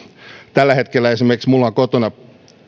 tällä hetkellä esimerkiksi minulla on kotona